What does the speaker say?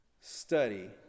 study